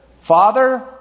Father